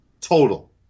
Total